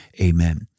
amen